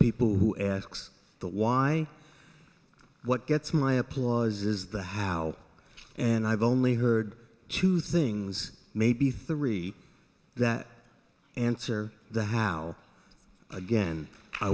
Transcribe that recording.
people who asks the why what gets my applause is the how and i've only heard two things maybe three that answer the how again i